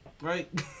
right